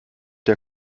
der